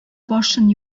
башын